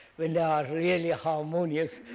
when they are really harmonious,